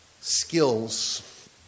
skills